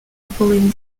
polling